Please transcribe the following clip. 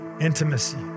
intimacy